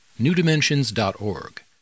newdimensions.org